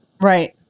Right